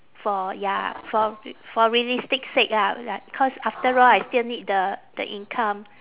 for ya for r~ for realistic sake lah like cause after all I still need the the income